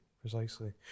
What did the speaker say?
Precisely